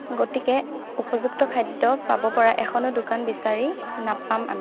গতিকে উপযুক্ত খাদ্য পাব পৰা এখনো দোকান বিচাৰি নাপাম আমি